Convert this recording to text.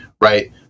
right